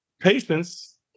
patients